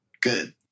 good